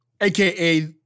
aka